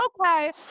Okay